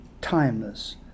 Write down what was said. timeless